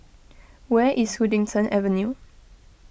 where is Huddington Avenue